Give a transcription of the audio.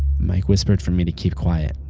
mike whispered for me to keep quiet,